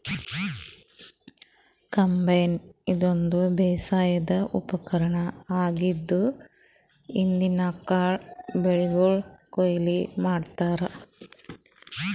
combine ಇದೊಂದ್ ಬೇಸಾಯದ್ ಉಪಕರ್ಣ್ ಆಗಿದ್ದ್ ಇದ್ರಿನ್ದ್ ಕಾಳ್ ಬೆಳಿಗೊಳ್ ಕೊಯ್ಲಿ ಮಾಡ್ತಾರಾ